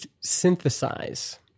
synthesize